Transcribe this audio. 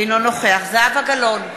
אינו נוכח זהבה גלאון,